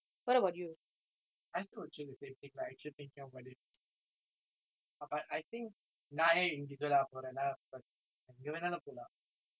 ah but I think நான் ஏன்:naan aen invisible ah போறேன்னா:poraennaa because நான் எங்க வேணாலும் போலாம் எந்த:naan enga vaenaalum polaam entha country க்கும்:kkum free ah போலாம்:polaam we were just talking about money right